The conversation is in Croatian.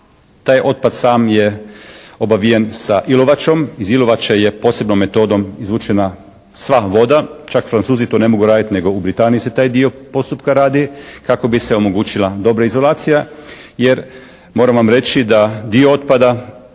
Taj otpad sam je obavijen sa ilovačom, iz ilovače je posebnom metodom izvučena sva voda. Čak Francuzi ne mogu to raditi nego u Britaniji se taj dio postupka radi kako bi se omogućila dobra izolacija,